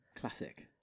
Classic